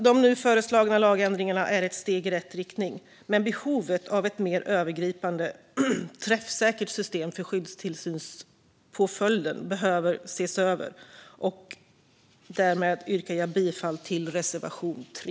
De nu föreslagna lagändringarna är steg i rätt riktning, men behovet av ett mer övergripande och träffsäkert system för skyddstillsynspåföljden kvarstår. Jag yrkar därmed bifall till reservation 3.